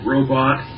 Robot